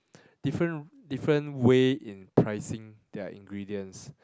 different different way in pricing their ingredients